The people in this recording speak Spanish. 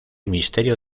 misterio